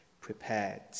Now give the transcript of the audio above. prepared